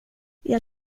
jag